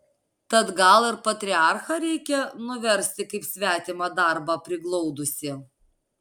tad gal ir patriarchą reikia nuversti kaip svetimą darbą priglaudusį